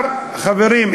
חברים,